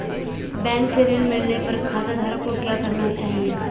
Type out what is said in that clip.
Bank से ऋण मिलने पर खाताधारक को क्या करना चाहिए?